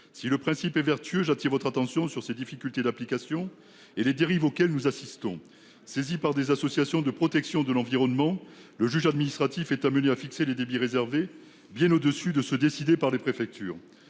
Si le principe est vertueux j'attire votre attention sur ces difficultés d'application et les dérives auxquelles nous assistons saisi par des associations de protection de l'environnement. Le juge administratif est amené à fixer les débits réservés bien au-dessus de ceux décidés par les préfectures,